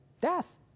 Death